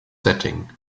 setting